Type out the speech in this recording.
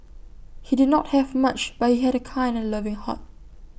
he did not have much but he had A kind and loving heart